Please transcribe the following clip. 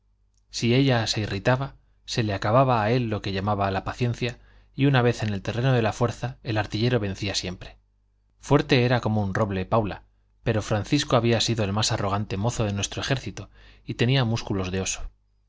si ella se irritaba se le acababa a él lo que llamaba la paciencia y una vez en el terreno de la fuerza el artillero vencía siempre fuerte era como un roble paula pero francisco había sido el más arrogante mozo de nuestro ejército y tenía músculos de oso